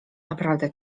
naprawdę